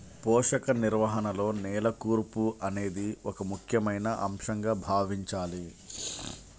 పోషక నిర్వహణలో నేల కూర్పు అనేది ఒక ముఖ్యమైన అంశంగా భావించాలి